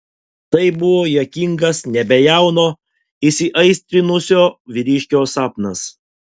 tai buvo juokingas nebejauno įsiaistrinusio vyriškio sapnas